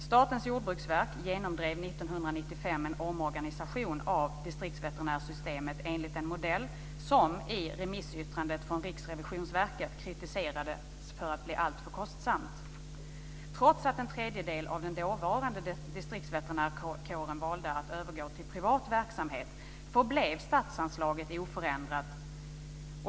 Statens jordbruksverk genomdrev 1995 en omorganisation av distriktsveterinärsystemet enligt en modell som i remissyttrandet från Riksrevisionsverket kritiserades för att bli alltför kostsam. Trots att en tredjedel av den dåvarande distriktsveterinärkåren valde att övergå till privat verksamhet förblev statsanslaget oförändrat.